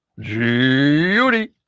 Judy